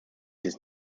his